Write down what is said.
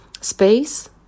space